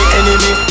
enemy